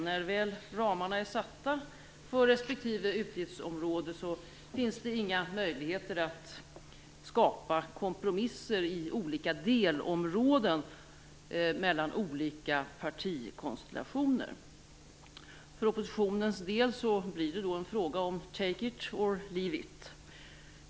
När väl ramarna är satta för respektive utgiftsområde finns det inga möjligheter att skapa kompromisser i olika delområden mellan olika partikonstellationer. För oppositionens del blir det fråga om take it or leave it.